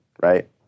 right